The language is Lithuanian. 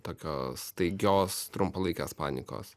tokios staigios trumpalaikės panikos